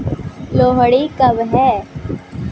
लोहड़ी कब है?